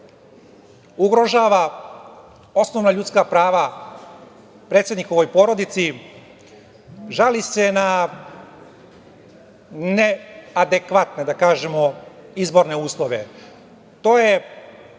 ugrožava osnovna ljudska prava predsednikovoj porodici, žali se na neadekvatne, da kažemo, izborne uslove. To je